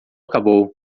acabou